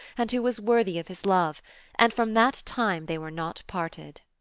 and who was worthy of his love and from that time they were not parted.